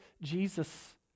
Jesus